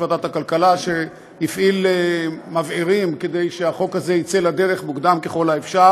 הסובבים אותה, שמדברים ערבית, וצרפתית,